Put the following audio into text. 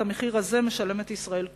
את המחיר הזה משלמת ישראל כולה.